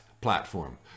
platform